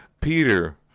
Peter